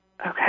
Okay